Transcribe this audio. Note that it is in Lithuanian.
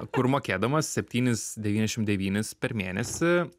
kur mokėdamas septynis devyniasdešimt devynis per mėnesį